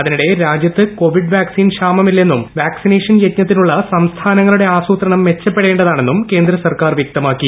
അതിനിടെ രാജ്യത്ത് Covid vaccine ക്ഷാമമില്ലെന്നും വാക്സിനേഷൻ യജ്ഞത്തിനുളള സംസ്ഥാനങ്ങളുടെ ആസൂത്രണം മെച്ചപ്പെടേണ്ടതാണെന്നും കേന്ദ്രസർക്കാർ വൃക്തമാക്കി